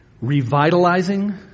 revitalizing